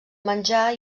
menjar